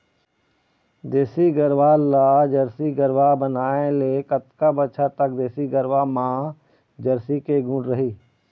देसी गरवा ला जरसी गरवा बनाए ले कतका बछर तक देसी गरवा मा जरसी के गुण रही?